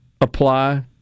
apply